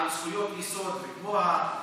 התוצאות מראות